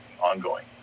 ongoing